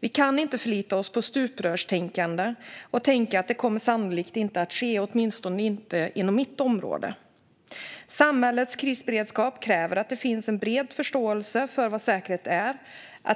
Vi kan inte förlita oss på stuprörstänkande och tänka att det sannolikt inte kommer att ske, åtminstone inte på vårt eget område. Samhällets krisberedskap kräver att det finns en bred förståelse för vad säkerhet är.